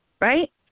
Right